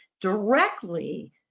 directly